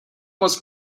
moc